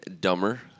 dumber